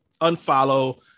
unfollow